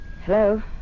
Hello